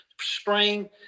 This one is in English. spring